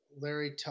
Larry